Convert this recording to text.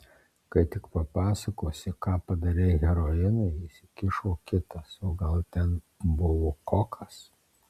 kai tik papasakosi ką padarei heroinui įsikišo kitas o gal ten buvo kokas